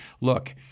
Look